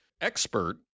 expert